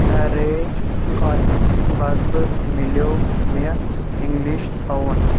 ریج کافی بدلہٕ میلیو مےٚ اِنگلِش اَووُن